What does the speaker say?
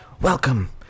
Welcome